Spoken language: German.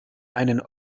einen